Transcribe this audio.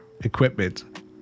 equipment